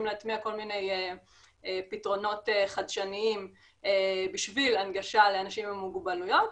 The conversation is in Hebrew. להטמיע כל מיני פתרונות חדשניים בשביל הנגשה לאנשים עם מוגבלויות,